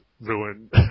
ruined